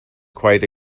quite